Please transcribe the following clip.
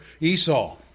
Esau